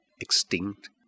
extinct